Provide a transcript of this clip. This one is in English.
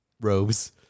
robes